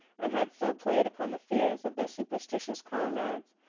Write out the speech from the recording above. and had so played upon the fears of their superstitious comrades,